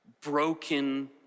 broken